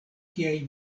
kiaj